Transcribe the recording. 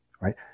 right